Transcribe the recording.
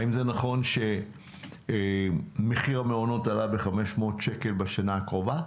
האם זה נכון שמחיר המעונות עלה ב-500 שקל בשנה הקרובה?